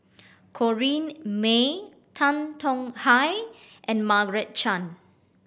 Corrinne May Tan Tong Hye and Margaret Chan